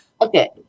Okay